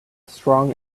strong